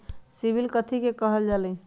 CIBIL कथि के काहल जा लई?